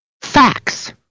facts